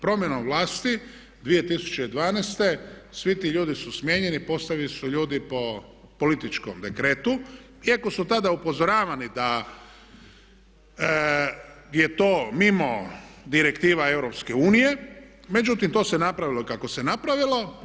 Promjenom vlasti 2012.svi ti ljudi su smijenjeni, postavljeni su ljudi po političkom dekretu iako su tada upozoravani da je to mimo direktiva EU, međutim to se napravilo kako se napravilo.